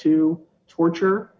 to torture